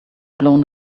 blown